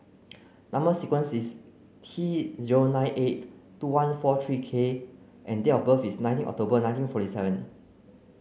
number sequence is T zero nine eight two one four three K and date of birth is nineteen October nineteen forty seven